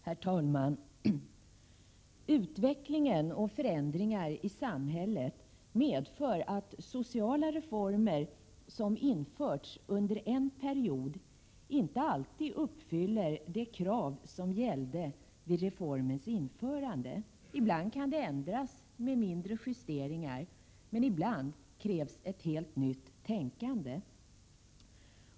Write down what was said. Herr talman! Utvecklingen och förändringar i samhället medför att de sociala reformer som införts under en period inte alltid uppfyller de krav som gällde vid reformens införande. Ibland behövs det bara mindre justeringar, men ibland krävs det ett helt nytt tänkande.